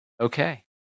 Okay